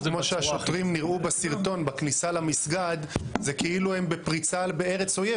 השוטרים נראו בסרטון בכניסה למסגד כאילו הם בארץ אויב,